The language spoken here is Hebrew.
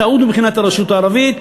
טעות מבחינת הרשות הערבית,